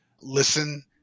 Listen